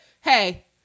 hey